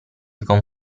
con